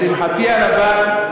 לשמחתי הרבה,